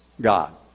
God